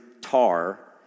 tar